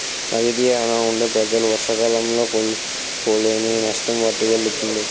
నది తీరాన వుండే ప్రజలు వర్షాకాలంలో కోలుకోలేని నష్టం వాటిల్లుతుంది